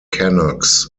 canucks